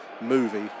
movie